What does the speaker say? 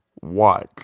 watch